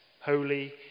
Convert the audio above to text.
holy